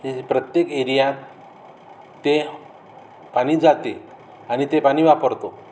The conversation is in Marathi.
हे प्रत्येक एरियात ते पाणी जाते आणि ते पाणी वापरतो